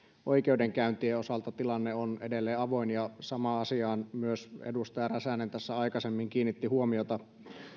oikeudenkäyntien osalta tilanne on edelleen avoin ja samaan asiaan myös edustaja räsänen tässä aikaisemmin kiinnitti huomiota